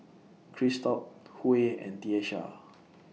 Christop Huey and Tiesha